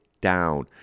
down